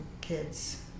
kids